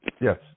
Yes